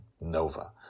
Nova